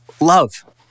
love